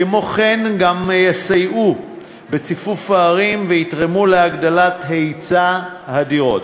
כמו כן הם יסייעו בציפוף הערים ויתרמו להגדלת היצע הדירות.